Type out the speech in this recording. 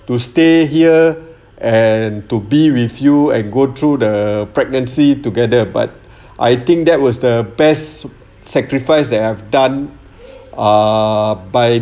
to stay here and to be with you and go through the pregnancy together but I think that was the best sacrifice that I've done uh by